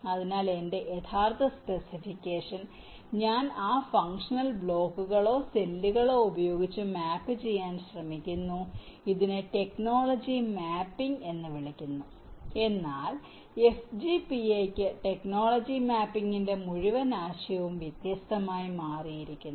അതിനാൽ എന്റെ യഥാർത്ഥ സ്പെസിഫിക്കേഷൻ ഞാൻ ആ ഫങ്ക്ഷണൽ ബ്ലോക്കുകളോ സെല്ലുകളോ ഉപയോഗിച്ച് മാപ്പ് ചെയ്യാൻ ശ്രമിക്കുന്നു ഇതിനെ ടെക്നോളജി മാപ്പിംഗ് എന്ന് വിളിക്കുന്നു എന്നാൽ FGPA യ്ക്ക് ടെക്നോളജി മാപ്പിംഗിന്റെ മുഴുവൻ ആശയവും വ്യത്യസ്തമായി മാറിയിരിക്കുന്നു